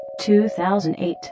2008